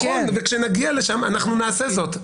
נכון, וכשנגיע לשם אנחנו נעשה זאת.